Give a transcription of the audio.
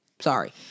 sorry